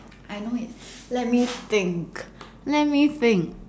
I know it's let me think let me think